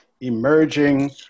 emerging